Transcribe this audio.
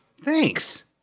Thanks